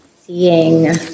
Seeing